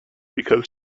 because